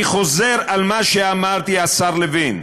אני חוזר על מה שאמרתי, השר לוין: